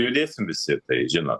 judėsim visi tai žinot